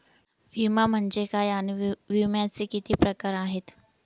विमा म्हणजे काय आणि विम्याचे किती प्रकार आहेत?